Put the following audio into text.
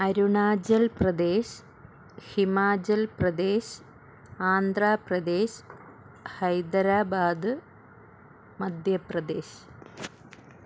Arunachal Pradesh Himachal Pradesh Andhra Pradesh Hyderabad Madhya Pradesh